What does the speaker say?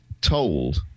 told